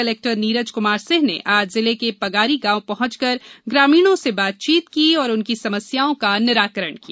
collector Neeraj Kumar Singh ने आज जिले के पगारी गांव पहुंचकर ग्रामीणों से बातचीत की और उनकी समस्याओं का निराकरण किया